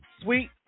sweet